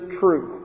true